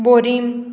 बोरीं